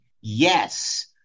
yes